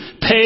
Pay